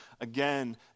again